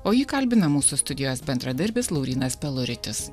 o jį kalbina mūsų studijos bendradarbis laurynas peluritis